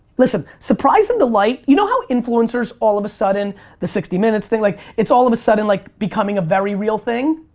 listen, surprise and delight, you know how influencers all of a sudden the sixty minutes thing like it's all of a sudden like becoming a very real thing?